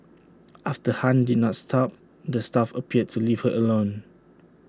after han did not stop the staff appeared to leave her alone